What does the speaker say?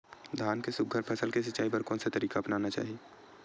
धान के सुघ्घर फसल के सिचाई बर कोन से तरीका अपनाना चाहि?